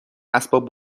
اسباب